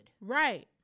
Right